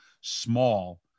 small